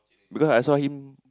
because I saw him